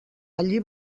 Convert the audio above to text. allí